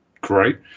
great